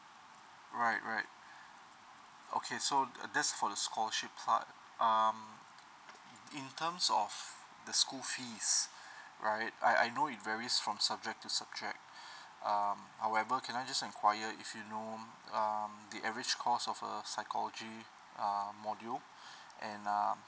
right right okay so that's for the scholarship part um in terms of the school fees right I I know it varies from subject to subject um however can I just enquire if you know um the average cost of a psychology uh module and um